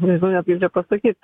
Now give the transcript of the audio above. nežinau net kaip čia pasakyt